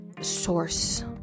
source